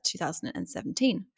2017